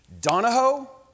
Donahoe